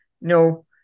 no